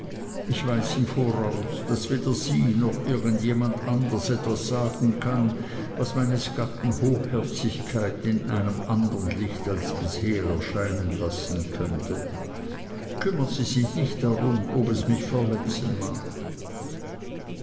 ich weiß im voraus daß weder sie noch irgend jemand anders etwas sagen kann was meines gatten hochherzigkeit in einem andern lichte als bisher erscheinen lassen könnte kümmern sie sich nicht darum ob es mich verletzen mag